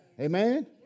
Amen